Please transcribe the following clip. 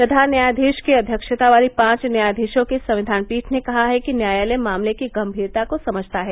प्रधान न्यायाधीश की अध्यक्षता वाली पांच न्यायाधीशों की संविधान पीठ ने कहा है कि न्यायालय मामले की गंभीरता को समझता है